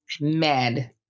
Mad